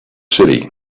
city